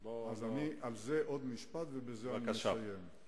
על זה עוד משפט, ובזה אסיים.